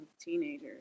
teenagers